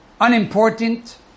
unimportant